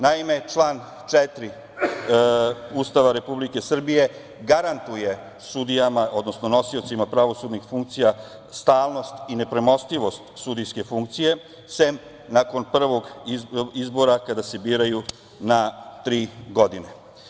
Naime, član 4. Ustava Republike Srbije garantuje sudijama odnosno nosiocima pravosudnih funkcija stalnost i nepremostivost sudijske funkcije, sem nakon prvog izbora, kada se biraju na tri godine.